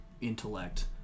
intellect